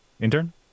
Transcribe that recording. Intern